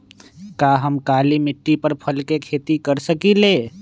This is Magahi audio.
का हम काली मिट्टी पर फल के खेती कर सकिले?